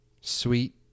Sweet